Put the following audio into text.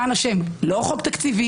למען השם, לא חוק תקציבי.